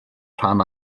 rhan